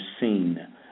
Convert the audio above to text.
seen